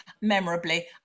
memorably